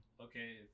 okay